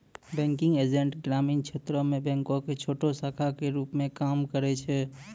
banking agent ग्रामीण क्षेत्रो मे बैंको के छोटो शाखा के रुप मे काम करै छै